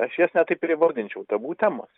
aš jas net taip ir įvardinčiau tabu temos